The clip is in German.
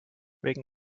wegen